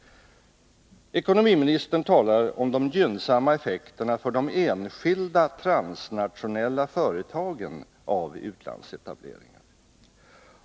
Ekonomiministern talar om de gynnsamma effekterna för de enskilda transnationella företagen av utlandsetableringar.